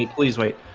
please wait